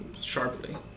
sharply